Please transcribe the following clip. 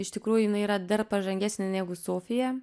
iš tikrųjų jinai yra dar pažangesnė negu sofija